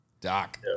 Doc